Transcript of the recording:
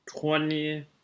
twenty